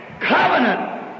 covenant